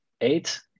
eight